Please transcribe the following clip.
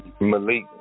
Malik